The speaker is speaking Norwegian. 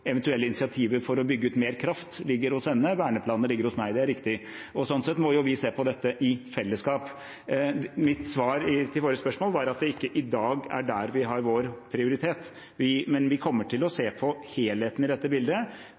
eventuelle initiativer for å bygge ut mer kraft ligger hos henne. Verneplaner ligger hos meg, det er riktig. Sånn sett må vi se på dette i fellesskap. Mitt svar på spørsmålene var at det i dag ikke er der vi har vår prioritet, men vi kommer til å se på helheten i dette bildet